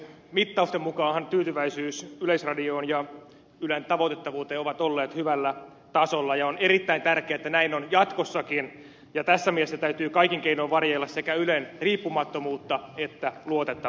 mittausten mukaanhan tyytyväisyys yleisradioon ja ylen tavoitettavuuteen ovat olleet hyvällä tasolla ja on erittäin tärkeätä että näin on jatkossakin ja tässä mielessä täytyy kaikin keinoin varjella sekä ylen riippumattomuutta että luotettavuutta